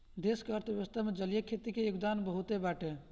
देश के अर्थव्यवस्था में जलीय खेती के योगदान बहुते बाटे